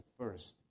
first